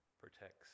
protects